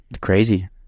Crazy